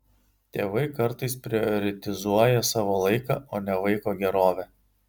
tėvai kartais prioritizuoja savo laiką o ne vaiko gerovę